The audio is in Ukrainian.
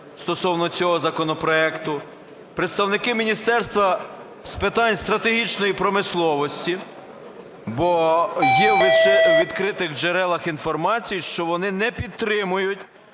стосовно цього законопроекту, представники Міністерства з питань стратегічної промисловості? Бо є у відкритих джерелах інформація, що вони не підтримують